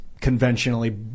conventionally